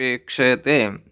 अपेक्षते